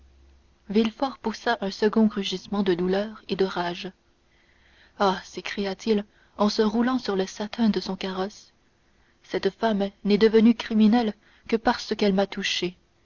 poussa un second rugissement de douleur et de rage ah s'écria-t-il en se roulant sur le satin de son carrosse cette femme n'est devenue criminelle que parce qu'elle m'a touché